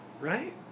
Right